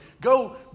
Go